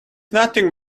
nothing